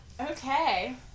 Okay